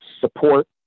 support